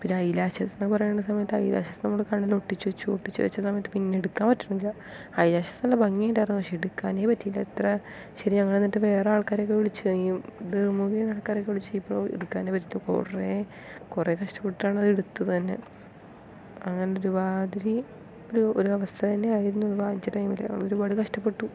പിന്നെ eyelashes എന്നു പറയുന്ന സമയത്ത് ഐ ലാഷസ് നമ്മൾ കണ്ണിൽ ഒട്ടിച്ചുവച്ചു ഒട്ടിച്ചുവച്ച സമയത്ത് പിന്നെ എടുക്കാൻ പറ്റണില്ല ഐ ലാഷസ് നല്ല ഭംഗിയുണ്ടായിരുന്നു പക്ഷേ എടുക്കാനെ പറ്റിയില്ല എത്ര ശരി ഞങ്ങള് എന്നിട്ട് വേറെ ആൾക്കാരെയൊക്കെ വിളിച്ചു ഈ ഇത് മുഖേന ആൾക്കാരെയൊക്കെ വിളിച്ചു ഇപ്പൊൾ എടുക്കാനെ പറ്റുന്നില്ല കുറേ കുറേ കഷ്ടപ്പെട്ടിട്ടാണ് അത് എടുത്തത് തന്നെ അങ്ങനെ ഒരുമാതിരി ഒരു ഒരു അവസ്ഥ തന്നെയായിരുന്നു അന്ന് അത് വാങ്ങിച്ച ടൈമിൽ ഒരുപാട് കഷ്ടപ്പെട്ടു